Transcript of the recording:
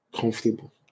Comfortable